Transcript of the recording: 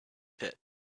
pit